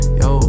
yo